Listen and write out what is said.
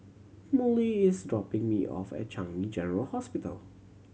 Mollie is dropping me off at Changi General Hospital